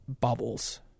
bubbles